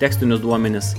tekstinius duomenis